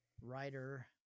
writer